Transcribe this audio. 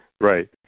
Right